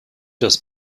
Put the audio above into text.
das